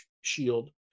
Shield